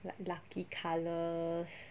like lucky colours